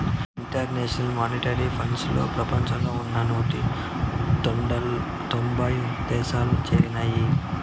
international monetary ఫండ్లో ప్రపంచంలో ఉన్న నూట తొంభై దేశాలు చేరినాయి